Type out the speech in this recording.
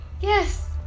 yes